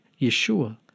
Yeshua